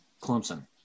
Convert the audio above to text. Clemson